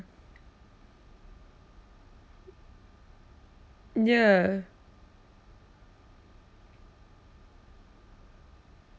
ya